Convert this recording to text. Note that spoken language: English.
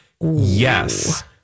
Yes